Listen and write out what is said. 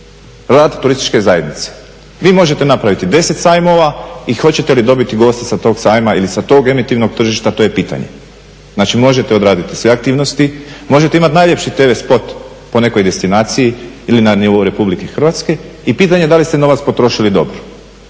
rad turističke zajednice. Vi možete napraviti 10 sajmova i hoćete li dobiti goste sa tog sajma ili sa tog emitivnog tržišta to je pitanje. Znači možete odraditi sve aktivnosti, možete imati najljepši tv spot po nekoj destinaciji ili na nivou Republike Hrvatske i pitanje da li ste novac potrošili dobro.